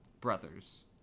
brothers